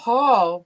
Paul